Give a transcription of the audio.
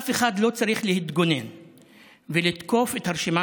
אף אחד לא צריך להתגונן ולתקוף את הרשימה